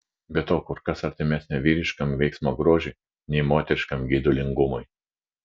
be to kur kas artimesnė vyriškam veiksmo grožiui nei moteriškam geidulingumui